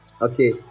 Okay